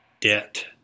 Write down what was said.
Debt